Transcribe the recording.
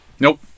Nope